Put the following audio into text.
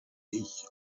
ich